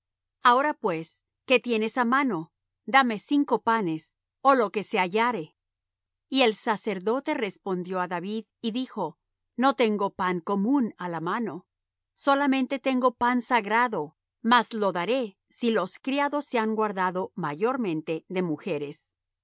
ahora pues qué tienes á mano dame cinco panes ó lo que se hallare y el sacerdote respondió á david y dijo no tengo pan común á la mano solamente tengo pan sagrado mas lo daré si los criados se han guardado mayormente de mujeres